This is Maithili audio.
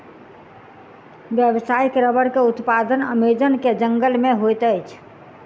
व्यावसायिक रबड़ के उत्पादन अमेज़न के जंगल में होइत अछि